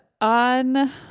on